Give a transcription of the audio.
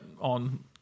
on